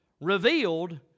revealed